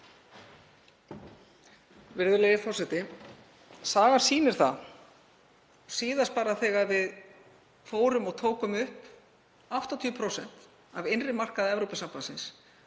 Virðulegi forseti. Sagan sýnir það, síðast bara þegar við tókum upp 80% af innri markaði Evrópusambandsins,